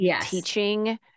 teaching